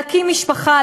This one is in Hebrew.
להקים משפחה,